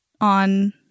on